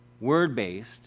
word-based